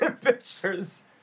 pictures